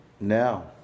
now